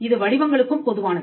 இது வடிவங்களுக்கும் பொதுவானது